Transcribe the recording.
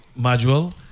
module